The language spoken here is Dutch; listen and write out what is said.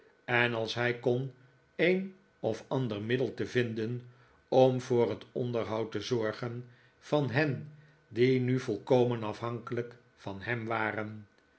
en als hij kon een of ander middel te vinden om voor het onderhoud te zorgen van hen die nu volkomen afhankelijk van hem waren